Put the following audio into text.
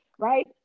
Right